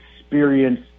experience